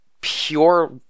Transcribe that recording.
pure